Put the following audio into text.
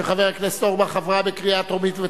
התשע"א 2011,